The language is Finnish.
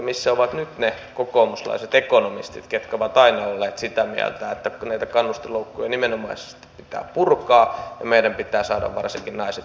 missä ovat nyt ne kokoomuslaiset ekonomistit ketkä ovat aina olleet sitä mieltä että näitä kannustinloukkuja nimenomaisesti pitää purkaa ja meidän pitää saada varsinkin naiset työelämään